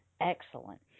Excellent